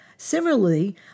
Similarly